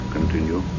Continue